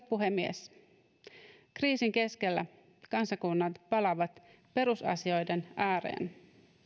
puhemies kriisin keskellä kansakunnat palaavat perusasioiden ääreen